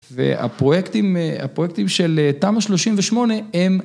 והפרויקטים, הפרויקטים של תמא 38 הם...